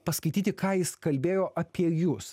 paskaityti ką jis kalbėjo apie jus